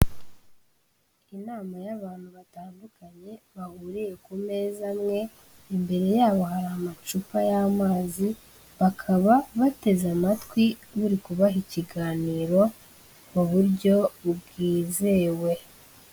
Inama y'abantu batandukanye, bahuriye ku meza amwe, imbere yabo hari amacupa y'amazi, bakaba bateze amatwi uri kubaha ikiganiro, mu buryo bwizewe.